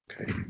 Okay